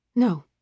no